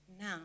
now